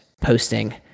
posting